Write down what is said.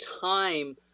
time